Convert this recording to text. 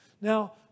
Now